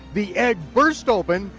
the egg burst open,